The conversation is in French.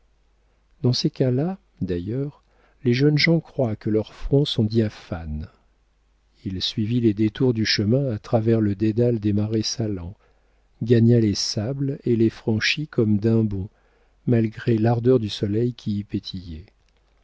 dans ces cas-là d'ailleurs les jeunes gens croient que leurs fronts sont diaphanes il suivit les détours du chemin à travers le dédale des marais salants gagna les sables et les franchit comme d'un bond malgré l'ardeur du soleil qui y pétillait